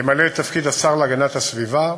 ימלא את תפקיד השר להגנת הסביבה,